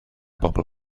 bobl